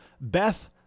Beth